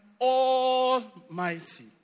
almighty